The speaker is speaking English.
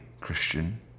Christian